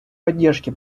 поддержке